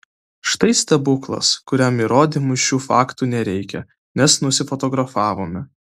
štai stebuklas kuriam įrodymui šių faktų nereikia nes nusifotografavome